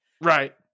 Right